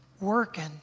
working